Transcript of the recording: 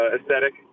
aesthetic